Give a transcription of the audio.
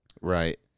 Right